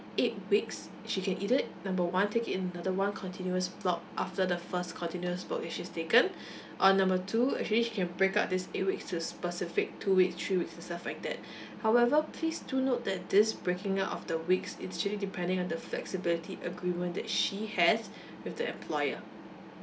eight weeks she can either number one take it in another one continuous block after the first continuous block which is taken or number two actually she can break up this eight weeks to specific two weeks three weeks stuff like that however please do note that this breaking up of the weeks is actually depending on the flexibility agreement that she has with the employer